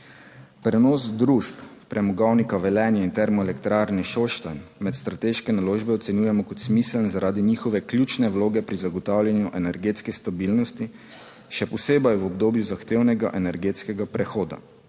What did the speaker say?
Prenos družb Premogovnika Velenje in Termoelektrarne Šoštanj med strateške naložbe ocenjujemo kot smiseln zaradi njihove ključne vloge pri zagotavljanju energetske stabilnosti, še posebej v obdobju zahtevnega energetskega prehoda.